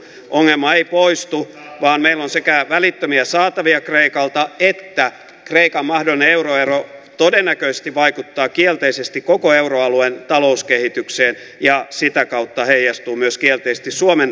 ongelma ei poistu vaan paitsi että meillä on välittömiä saatavia kreikalta kreikan mahdollinen euroero todennäköisesti vaikuttaa kielteisesti koko euroalueen talouskehitykseen ja myös sitä kautta heijastuu kielteisesti suomen talouskehitykseen